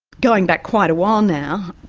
going back quite a while now,